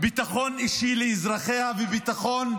ביטחון אישי לאזרחיה וביטחון,